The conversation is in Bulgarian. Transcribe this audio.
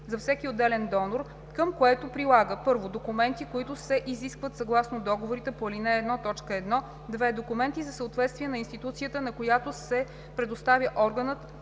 за всеки отделен донор, към което прилага: 1. документи, които се изискват съгласно договорите по ал. 1, т. 1; 2. документи за съответствие на институцията, на която се предоставя органът,